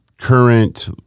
current